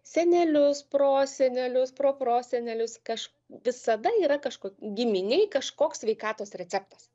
senelius prosenelius proprosenelius kaž visada yra kažko giminėj kažkoks sveikatos receptas